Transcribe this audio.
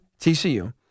TCU